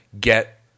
get